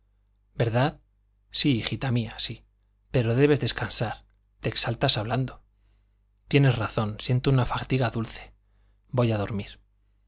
verdad sí hijita mía sí pero debes descansar te exaltas hablando tienes razón siento una fatiga dulce voy a dormir